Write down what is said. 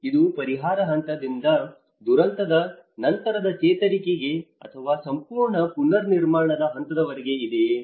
ಇದು ಪರಿಹಾರ ಹಂತದಿಂದ ದುರಂತದ ನಂತರದ ಚೇತರಿಕೆಗೆ ಅಥವಾ ಸಂಪೂರ್ಣ ಪುನರ್ನಿರ್ಮಾಣದ ಹಂತದವರೆಗೆ ಇದೆಯೇ